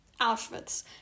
Auschwitz